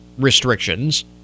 Restrictions